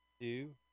two